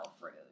fruit